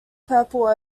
purple